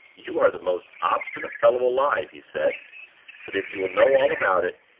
you are the most obstinate fellow alive, he said but if you will know all about it,